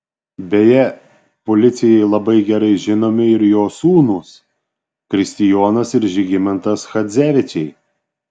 beje policijai labai gerai žinomi ir jo sūnūs kristijonas ir žygimantas chadzevičiai